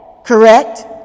Correct